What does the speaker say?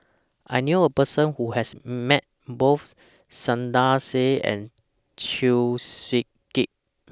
I knew A Person Who has Met Both Saiedah Said and Chew Swee Kee